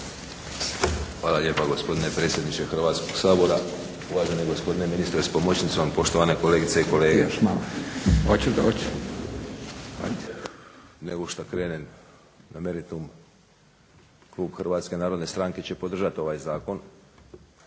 Hvala lijepa gospodine predsjedniče Hrvatskog sabora. Uvaženi gospodine ministre sa pomoćnicom, poštovane kolegice i kolege. Prije nego što krenem na meritum klub HNS-a će podržati ovaj zakon.